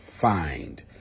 find